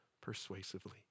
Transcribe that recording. persuasively